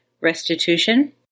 Restitution